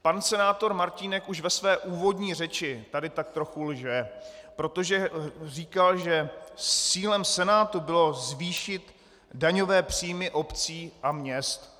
Pan senátor Martínek už ve své úvodní řeči tady tak trochu lže, protože říkal, že cílem Senátu bylo zvýšit daňové příjmy obcí a měst.